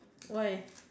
why